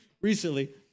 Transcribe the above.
recently